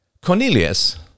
Cornelius